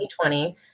2020